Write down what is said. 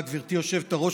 תודה, גברתי היושבת-ראש.